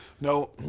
No